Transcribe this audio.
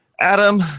Adam